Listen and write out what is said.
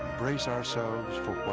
brace ourselves for